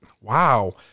Wow